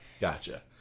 Gotcha